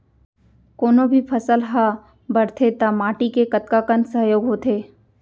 कोनो भी फसल हा बड़थे ता माटी के कतका कन सहयोग होथे?